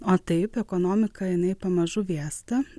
o taip ekonomika jinai pamažu vėsta